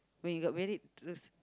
when you got married with